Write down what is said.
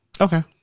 Okay